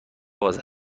باز